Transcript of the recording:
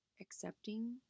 accepting